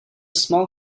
small